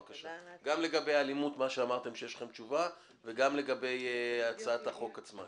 גם לגבי האלימות וגם לגבי הצעת החוק עצמה.